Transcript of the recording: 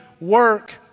work